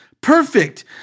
perfect